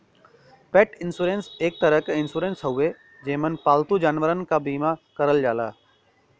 पेट इन्शुरन्स एक तरे क इन्शुरन्स हउवे जेमन पालतू जानवरन क बीमा करल जाला